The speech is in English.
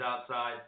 outside